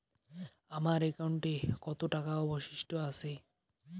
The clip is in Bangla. আমার একাউন্টে কত টাকা অবশিষ্ট আছে?